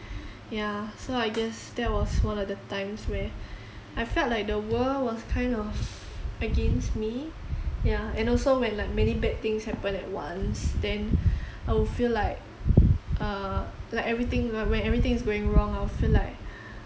yeah so I guess that was one of the times where I felt like the world was kind of against me ya and also when like many bad things happen at once then I will feel like uh like everything whe~ when everything is going wrong I'll feel like